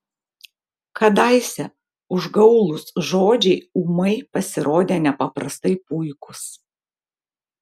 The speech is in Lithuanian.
kadaise užgaulūs žodžiai ūmai pasirodė nepaprastai puikūs